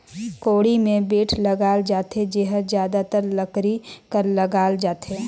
कोड़ी मे बेठ लगाल जाथे जेहर जादातर लकरी कर लगाल जाथे